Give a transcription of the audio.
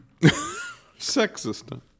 Sexist